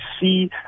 see